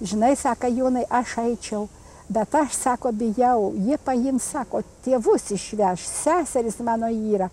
žinai saka jonai aš eičiau bet aš sako bijau jį paims sako tėvus išveš seserys mano vyrą